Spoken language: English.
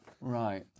Right